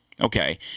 Okay